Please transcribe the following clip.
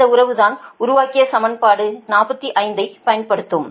இந்த உறவு நான் உருவாக்கிய சமன்பாடு 46 ஐ பயன்படுத்தும்